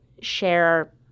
share